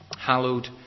hallowed